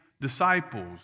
disciples